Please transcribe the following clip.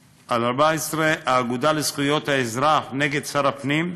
6175/14, האגודה לזכויות האזרח נ' שר הפנים,